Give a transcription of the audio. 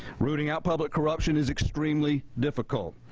rooting out public corruption is extremely difficult,